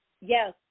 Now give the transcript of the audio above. yes